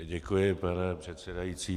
Děkuji, pane předsedající.